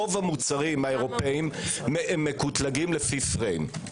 רוב המוצרים האירופאיים מקוטלגים לפי פריים.